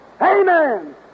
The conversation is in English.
Amen